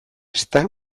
ezta